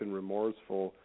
remorseful